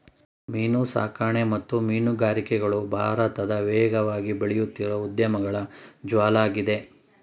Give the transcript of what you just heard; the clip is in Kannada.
ಮೀನುಸಾಕಣೆ ಮತ್ತು ಮೀನುಗಾರಿಕೆಗಳು ಭಾರತದ ವೇಗವಾಗಿ ಬೆಳೆಯುತ್ತಿರೋ ಉದ್ಯಮಗಳ ಜಾಲ್ವಾಗಿದೆ